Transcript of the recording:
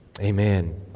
Amen